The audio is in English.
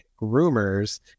rumors